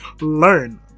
learn